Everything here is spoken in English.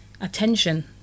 attention